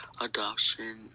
adoption